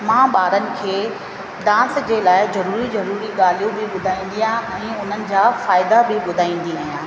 मां ॿारनि खे डांस जे लाइ ज़रूरी ज़रूरी ॻाल्हियूं बि ॿुधाईंदी आहियां ऐं उन्हनि जा फ़ाइदा बि ॿुधाईंदी आहियां